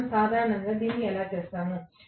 మనము సాధారణంగా దీన్ని ఎలా చేస్తాము